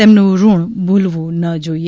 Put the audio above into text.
તેમનું ઋણ ભુલવું ન જોઇએ